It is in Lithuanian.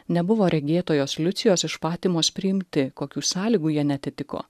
nebuvo regėtojos liucijos iš fatimos priimti kokių sąlygų jie neatitiko